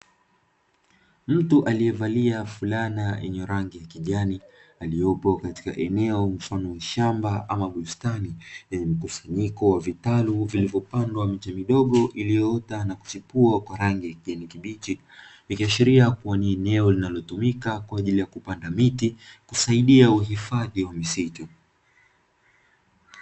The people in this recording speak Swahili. Mtu aliyevalia fulana yenye rangi ya kijani, aliyepo eneo mfano wa shamba ama bustani, yenye mkusanyiko wa vitalu vilivyopandwa miche midogo iliyoota na kuchipua kwa rangi ya kijani kibichi. Ikiashiria Ni eneo linalotumika kwa ajili ya kupanda miti, kusaidia uhifadhi wa misitu.